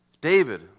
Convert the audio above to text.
David